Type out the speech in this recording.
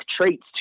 traits